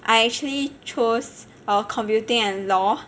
I actually chose err computing and law